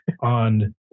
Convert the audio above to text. on